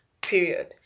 period